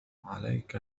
عليك